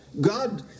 God